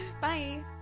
Bye